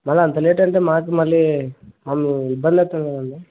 మల్ల అంత లేట్ అంటే మాకు మళ్ళీ మళ్ళీ ఇబ్బంది అవుతుంది కదండి